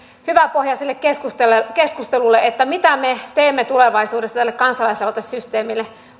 hyvä pohja sille keskustelulle että mitä me teemme tulevaisuudessa tälle kansalais aloitesysteemille